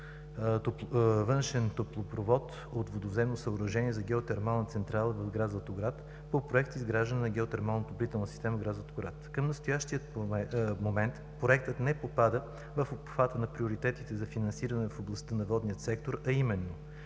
„Външен топлопровод от водовземно съоръжение за геотермалната централа в град Златоград“ от проект „Изграждане на геотермална отоплителна система, град Златоград“. Към настоящия момент проектът не попада в обхвата на приоритетите за финансиране в областта на водния сектор, а именно: